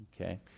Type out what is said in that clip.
Okay